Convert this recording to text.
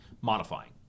modifying